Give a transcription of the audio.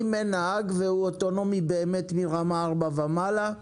אם אין נהג והוא אוטונומי באמת מרמה 4 ומעלה,